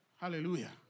Hallelujah